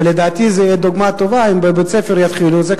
ולדעתי זו תהיה דוגמה טובה אם בבית-הספר יתחילו את זה.